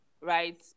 right